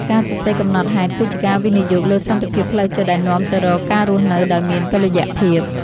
ការសរសេរកំណត់ហេតុគឺជាការវិនិយោគលើសន្តិភាពផ្លូវចិត្តដែលនាំទៅរកការរស់នៅដោយមានតុល្យភាព។